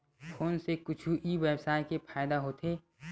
Phone से कुछु ई व्यवसाय हे फ़ायदा होथे?